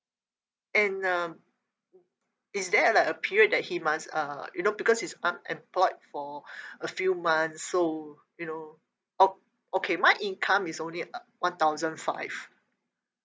and um is there like a period that he must uh you know because he's unemployed for a few months so you know o~ okay my income is only uh one thousand five